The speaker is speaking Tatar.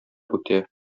үтә